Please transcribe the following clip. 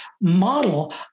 model